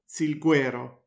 Silguero